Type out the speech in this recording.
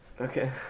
Okay